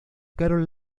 carol